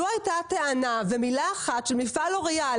לו הייתה טענה ומילה אחת של מפעל לוריאל